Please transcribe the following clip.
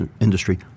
industry